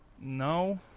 no